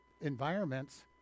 environments